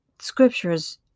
Scriptures